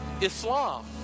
Islam